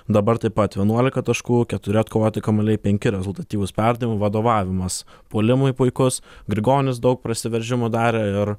dabar taip pat vienuolika taškų keturi atkovoti kamuoliai penki rezultatyvūs perdavimai vadovavimas puolimui puikus grigonis daug prasiveržimų darė ir